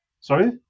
Sorry